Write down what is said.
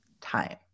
time